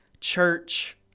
church